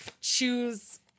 choose